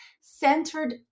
centered